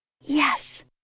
Yes